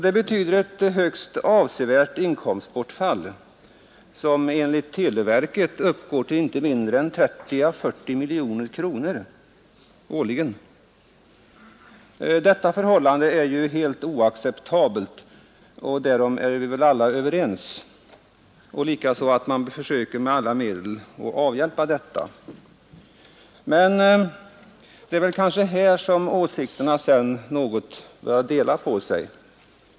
Det betyder ett högst avsevärt inkomstbortfall, som enligt televerket uppgår till inte mindre än 30 å 40 miljoner kronor årligen. Detta förhållande är ju helt oacceptabelt, därom är vi väl överens, likaså att man med alla medel skall försöka rätta till detta. Men det är väl här som åsikterna något börjar dela på sig.